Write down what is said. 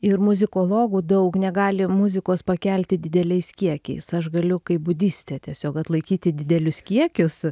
ir muzikologų daug negali muzikos pakelti dideliais kiekiais aš galiu kaip budistė tiesiog atlaikyti didelius kiekius